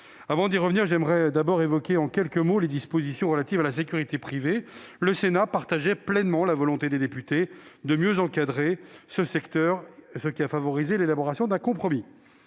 Avant de revenir sur ce point, j'aimerais évoquer en quelques mots les dispositions relatives à la sécurité privée. Le Sénat partageait pleinement la volonté des députés de mieux encadrer ce secteur, ce qui a favorisé l'élaboration d'un compromis.